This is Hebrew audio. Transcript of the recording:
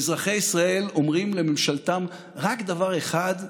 ואזרחי ישראל אומרים לממשלתם רק דבר אחד,